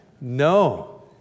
No